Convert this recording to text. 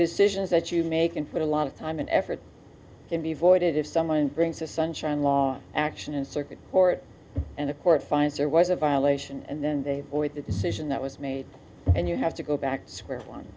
is that you make and put a lot of time and effort can be avoided if someone brings the sunshine law action in circuit court and the court finds there was a violation and then they or the decision that was made and you have to go back to square one